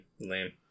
Lame